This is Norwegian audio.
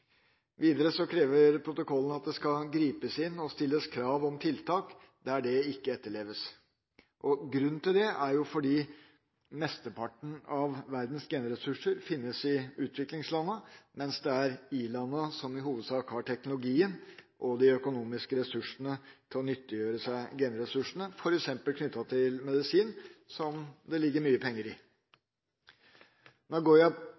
Videre krever protokollen at det skal gripes inn og stilles krav om tiltak, der det ikke etterleves. Grunnen til det er at mesteparten av verdens genressurser finnes i utviklingslandene, mens det i all hovedsak er i-landene som har teknologien og de økonomiske ressursene til å nyttiggjøre seg genetisk materiale, f.eks. knyttet til medisin, som det ligger mye penger i. Nagoya-protokollen går